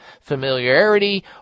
familiarity